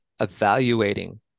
evaluating